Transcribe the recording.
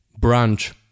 brunch